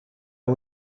are